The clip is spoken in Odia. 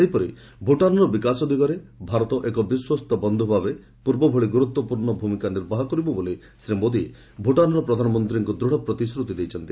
ସେହିଭଳି ଭୁଟାନର ବିକାଶ ଦିଗରେ ଭାରତ ଏକ ବିଶ୍ୱସ୍ତ ବନ୍ଧୁ ଭାବେ ପୂର୍ବ ଭଳି ଗୁରୁତ୍ୱପୂର୍ଣ୍ଣ ଭୂମିକା ନିର୍ବାହ କରିବ ବୋଲି ଶ୍ରୀ ମୋଦି ଭୁଟାନର ପ୍ରଧାନମନ୍ତ୍ରୀଙ୍କୁ ଦୃଢ଼ ପ୍ରତିଶ୍ରୁତି ଦେଇଛନ୍ତି